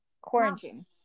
quarantine